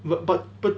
but but but